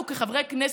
אנחנו כחברי כנסת,